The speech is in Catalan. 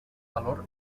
valor